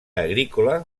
agrícola